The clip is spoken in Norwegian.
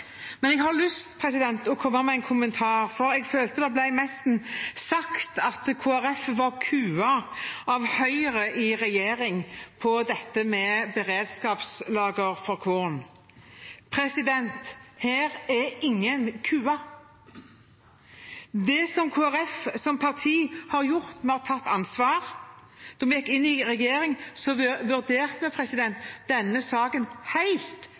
Men jeg har lyst til å komme med en kommentar, for jeg følte det nesten ble sagt at Kristelig Folkeparti var kuet av Høyre i regjering på dette med beredskapslager for korn. Her er ingen kuet. Det Kristelig Folkeparti som parti har gjort, er at vi har tatt ansvar. Da vi gikk inn i regjering, vurderte vi denne saken helt